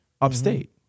upstate